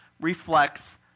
reflects